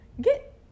Get